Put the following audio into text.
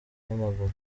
n’amaguru